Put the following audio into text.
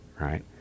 right